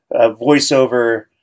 voiceover